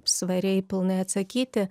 svariai pilnai atsakyti